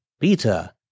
Peter